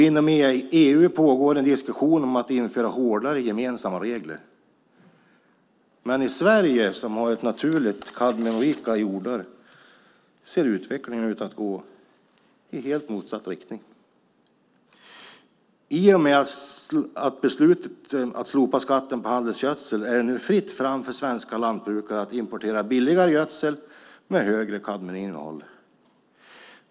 Inom EU pågår en diskussion om att införa hårdare gemensamma regler, men i Sverige, som har naturligt kadmiumrika jordar, ser utvecklingen ut att gå i helt motsatt riktning. I och med beslutet att slopa skatten på handelsgödsel är det nu fritt fram för svenska lantbrukare att importera billigare gödsel med högre kadmiuminnehåll.